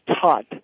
taught